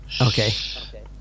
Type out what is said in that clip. Okay